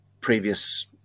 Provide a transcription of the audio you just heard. previous